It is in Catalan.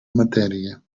matèria